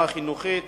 והחינוכית